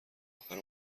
آخر